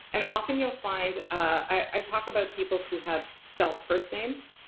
and often you'll find i talk about people who have stealth first names,